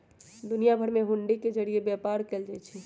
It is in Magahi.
दुनिया भर में हुंडी के जरिये व्यापार कएल जाई छई